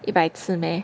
一百次 meh